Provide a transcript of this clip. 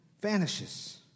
vanishes